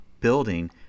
building